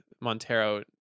Montero